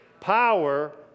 power